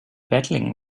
battling